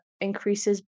increases